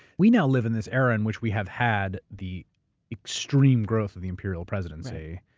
we now live in this era in which we have had the extreme growth of the imperial presidency.